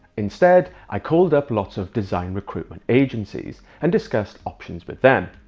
instead i called up lots of design recruitment agencies and discussed options with them.